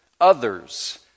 others